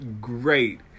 great